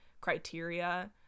criteria